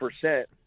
percent